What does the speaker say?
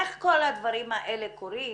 איך כל הדברים האלה קורים?